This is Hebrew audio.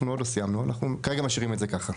אנחנו עוד לא סיימנו, אבל כרגע משאירים את זה ככה.